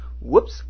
Whoops